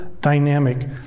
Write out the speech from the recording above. dynamic